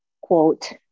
quote